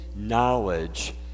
knowledge